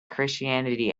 christianity